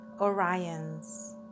Orions